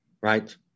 right